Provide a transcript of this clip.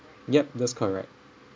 yup that's correct